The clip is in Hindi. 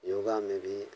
योग में भी